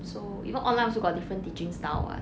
so even online also got different teaching style [what]